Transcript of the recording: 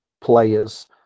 players